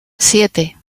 siete